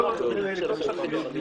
זה לא קשור לסעיף הזה.